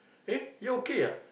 eh you all okay ah